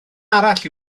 arall